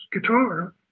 guitar